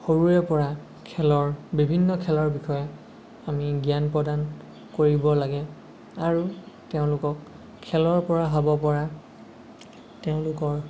সৰুৰে পৰা খেলৰ বিভিন্ন খেলৰ বিষয়ে আমি জ্ঞান প্ৰদান কৰিব লাগে আৰু তেওঁলোকক খেলৰ পৰা হ'ব পৰা তেওঁলোকৰ